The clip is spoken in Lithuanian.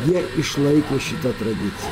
jie išlaiko šitą tradiciją